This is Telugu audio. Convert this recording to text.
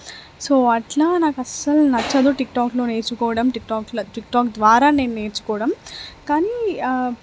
సో అట్లా నాకు అస్సలు నచ్చదు టిక్టాక్లో నేర్చుకోవడం టిక్టాక్లో టిక్టాక్ ద్వారా నేను నేర్చుకోవడం కానీ